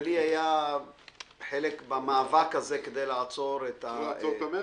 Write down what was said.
ולי היה חלק במאבק הזה כדי לעצור את --- כדי לעצור את המכס?